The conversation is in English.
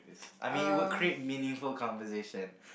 I mean it would create meaningful conversation